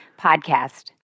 podcast